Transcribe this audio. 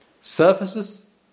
surfaces